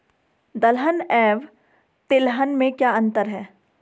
दलहन एवं तिलहन में क्या अंतर है?